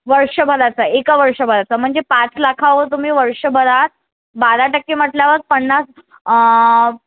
वर्षभराचं एका वर्षभराचं म्हणजे पाच लाखावर तुम्ही वर्षभरात बारा टक्के म्हटल्यावर पन्नास आं